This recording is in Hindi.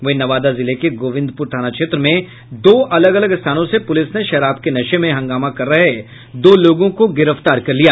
वहीं नवादा जिले के गोविंदपुर थाना क्षेत्र में दो अलग अलग स्थानों से पुलिस ने शराब के नशे में हंगामा कर रहे दो लोगों को गिरफ्तार कर लिया